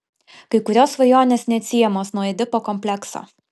kai kurios svajonės neatsiejamos nuo edipo komplekso